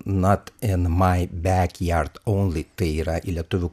not in mai bek jard only tai yra į lietuvių